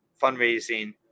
fundraising